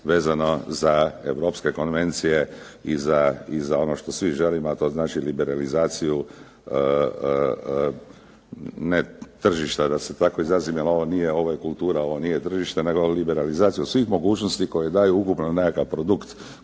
vezano za europske konvencije i za ono što svi želimo, a to znači liberalizaciju ne tržišta, da se tako izrazim jer ovo nije tržište, ovo je kultura, nego liberalizaciju svih mogućnosti koje daju ukupan nekakav produkt